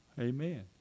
Amen